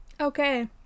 Okay